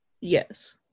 Yes